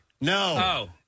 No